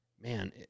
man